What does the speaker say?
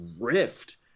rift